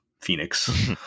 Phoenix